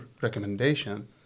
recommendation